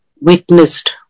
witnessed